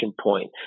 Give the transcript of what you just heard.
point